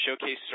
showcase